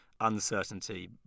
uncertainty